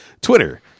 Twitter